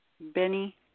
Benny